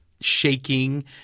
shaking